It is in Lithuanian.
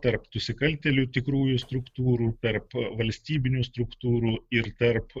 tarp nusikaltėlių tikrųjų struktūrų tarp valstybinių struktūrų ir tarp